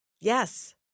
yes